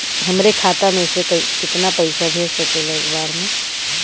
हमरे खाता में से कितना पईसा भेज सकेला एक बार में?